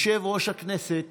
מנכ"ל הכנסת